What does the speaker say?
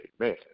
Amen